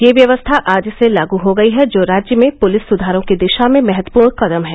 यह व्यवस्था आज से लागू हो गई है जो राज्य में पुलिस सुधारों की दिशा में महत्वपूर्ण कदम है